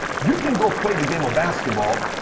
you can go play the game of basketball,